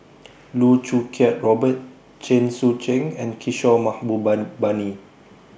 Loh Choo Kiat Robert Chen Sucheng and Kishore